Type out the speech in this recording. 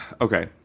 Okay